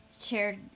shared